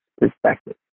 perspective